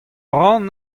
ran